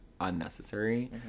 unnecessary